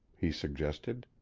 he suggested.